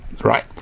right